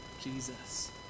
Jesus